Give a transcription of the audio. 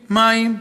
מים,